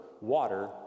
water